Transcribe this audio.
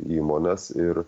įmones ir